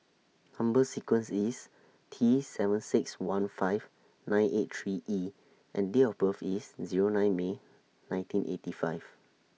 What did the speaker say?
Number sequence IS T seven six one five nine eight three E and Date of birth IS Zero nine May nineteen eighty five